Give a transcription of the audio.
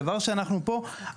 הדבר שאנחנו פה,